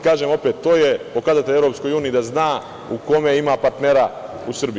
Kažem opet da je to pokazatelj EU da zna u kome ima partnera u Srbiji.